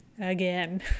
again